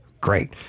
great